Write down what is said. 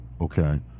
Okay